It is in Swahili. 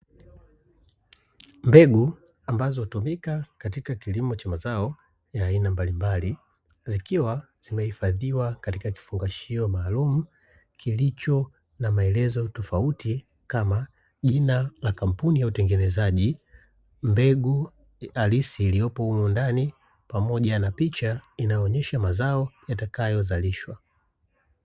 Mbegu ambazo hutumika katika kilimo cha mazao ya aina mbalimbali zikiwa zimehifadhiwa katika kifungashio maalumu kilicho na maelezo tofauti kama: jina la kampuni ya utengenezaji, mbegu halisi iliyopo umo ndani pamoja na picha inayoonesha mazao yatakayozalishwa.